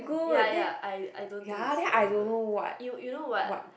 ya ya I I don't think it's very good you you know what